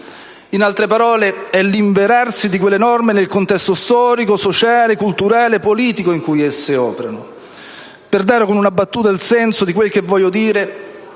in altre parole, è l'inverarsi di quelle norme nel contesto storico, sociale, culturale, politico in cui esse operano. Per dare, con una battuta, il senso di quel che voglio dire,